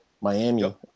Miami